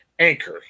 Anchor